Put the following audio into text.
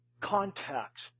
contacts